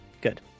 Good